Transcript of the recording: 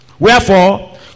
Wherefore